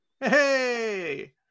Hey